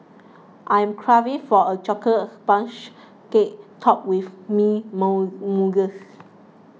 I am craving for a Chocolate Sponge Cake Topped with Mint Mousse